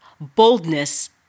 boldness